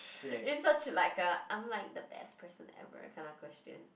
is such like a I'm like the best person ever kind of question